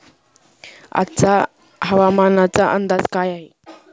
आजचा हवामानाचा अंदाज काय आहे?